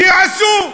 שיעשו.